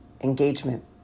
Engagement